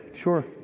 Sure